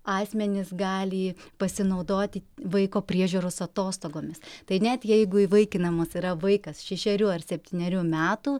asmenys gali pasinaudoti vaiko priežiūros atostogomis tai net jeigu įvaikinamas yra vaikas šešerių ar septynerių metų